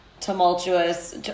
tumultuous